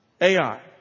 AI